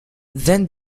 then